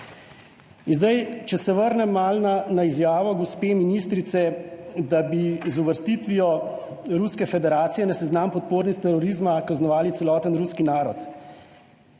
In zdaj, če se vrnem malo na izjavo gospe ministrice, da bi z uvrstitvijo Ruske federacije na seznam podpornic terorizma kaznovali celoten ruski narod.